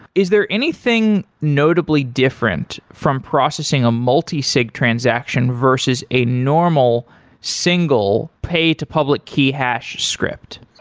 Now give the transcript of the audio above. is there anything notably different from processing a multi-sig transaction versus a normal single pay to public key hash script?